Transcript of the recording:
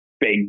big